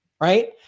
right